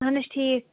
اَہَن حظ ٹھیٖک